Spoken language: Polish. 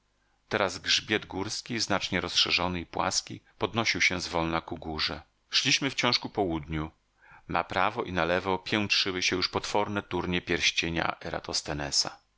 teraz grzbiet górski znacznie rozszerzony i płaski podnosił się zwolna ku górze szliśmy wciąż ku południu na prawo i na lewo piętrzyły się już potworne turnie pierścienia